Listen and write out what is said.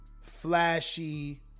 flashy